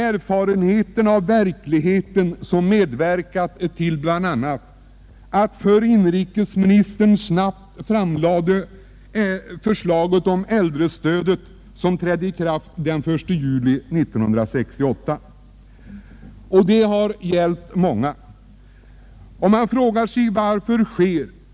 Erfarenheterna av den hårda verkligheten medverkade väl till att förre inrikesministern så snabbt lade fram det förslag om äldrestödet som trädde i kraft den 1 juli 1968. Det stödet har varit till stor hjälp för mänga.